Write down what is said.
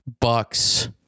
Bucks